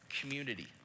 community